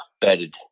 bedded